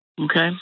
Okay